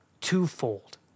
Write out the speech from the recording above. twofold